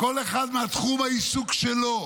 כל אחד מתחום העיסוק שלו,